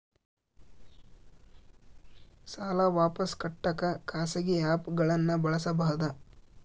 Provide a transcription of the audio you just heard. ಸಾಲ ವಾಪಸ್ ಕಟ್ಟಕ ಖಾಸಗಿ ಆ್ಯಪ್ ಗಳನ್ನ ಬಳಸಬಹದಾ?